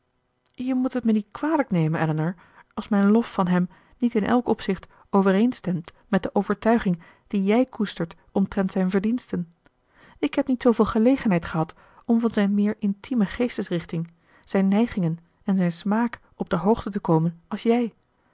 je moet het me niet kwalijk nemen elinor als mijn lof van hem niet in elk opzicht overeenstemt met de overtuiging die jij koestert omtrent zijn verdiensten ik heb niet zooveel gelegenheid gehad om van zijn meer intieme geestesrichting zijn neigingen en zijn smaak op de hoogte te komen als jij